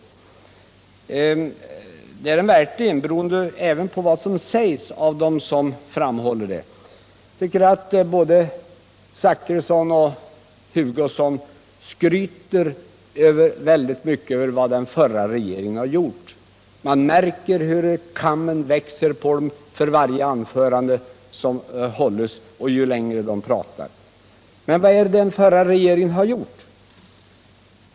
Och det är den verkligen, även beroende på vad som sägs av dem som framhåller det. Jag tycker att både herr Zachrisson och herr Hugosson skryter väldigt mycket över vad den förra regeringen har gjort. Man märker hur kammen växer på dem för varje anförande de håller och ju längre de talar. Men vad är det den förra regeringen har gjort?